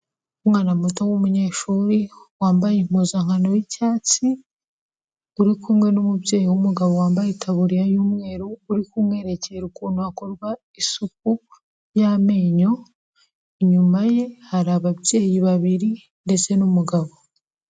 Umwana muto w'umunyeshuri wambaye impuzankano y'icyatsi, uri kumwe n'umubyeyi w'umugabo wambaye itaburiya y'umweru uri kumwerekera ukuntu hakorwa isuku y'amenyo, inyuma ye hari ababyeyi babiri ndetse n'umugabo.